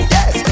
Yes